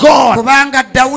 God